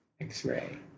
X-ray